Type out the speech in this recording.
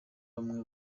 bamwe